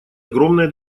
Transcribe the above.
огромное